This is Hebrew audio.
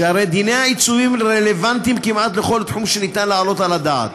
הרי שדיני העיצובים רלוונטיים כמעט לכל תחום שאפשר להעלות על הדעת,